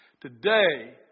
Today